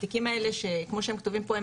התיקים האלה שכמו שהם כתובים פה,